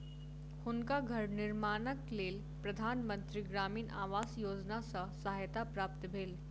हुनका घर निर्माणक लेल प्रधान मंत्री ग्रामीण आवास योजना सॅ सहायता प्राप्त भेल